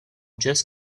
just